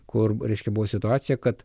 kur reiškia buvo situacija kad